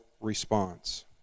response